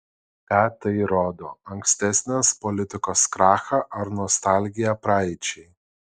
ką tai rodo ankstesnės politikos krachą ar nostalgiją praeičiai